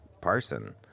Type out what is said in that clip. Parson